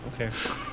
Okay